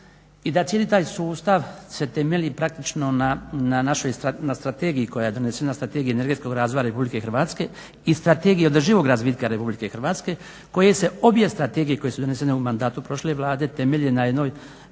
i da cijeli taj sustav se temelji praktično na Strategiji koja je donesena na Strategiji energetskog razvoja RH i Strategiji održivog razvitka RH koje se obje strategije koje su donesene u mandatu prošle vlade temelje na jednoj